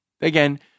again